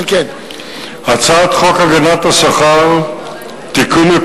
הצעת חוק הגנת השכר (תיקון,